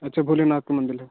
अच्छा भोलेनाथ का मंदिर है